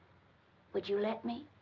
would you let me?